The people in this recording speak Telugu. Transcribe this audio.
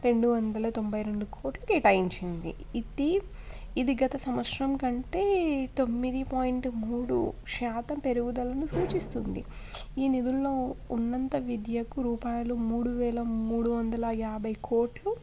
రెండు వందల తొంభై రెండు కోట్లు కేటాయించింది ఇది ఇది గత సంవత్సరం కంటే తొమ్మిది పాయింట్ మూడు శాతం పెరుగుదలను సూచిస్తుంది ఈ నిదుల్లో ఉన్నంత విద్యకు రూపాయలు మూడు వేల మూడు వందల యాభై కోట్లు